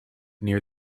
near